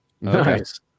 Nice